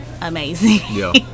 amazing